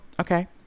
okay